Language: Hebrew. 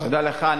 תודה לך.